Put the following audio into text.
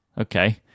okay